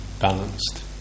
balanced